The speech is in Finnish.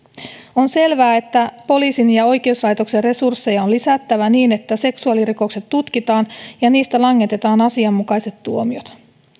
on selvää että poliisin ja oikeuslaitoksen resursseja on lisättävä niin että seksuaalirikokset tutkitaan ja niistä langetetaan asianmukaiset tuomiot